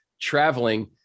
traveling